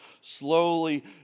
slowly